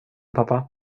pappa